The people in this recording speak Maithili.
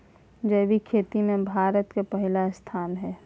जैविक खेती में भारत के पहिला स्थान हय